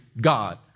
God